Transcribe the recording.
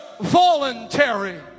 voluntary